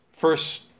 first